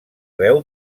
veu